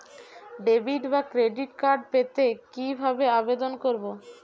Debit বা credit card পেতে কি ভাবে আবেদন করব?